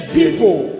people